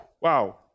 wow